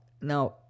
now